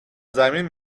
زمین